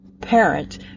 parent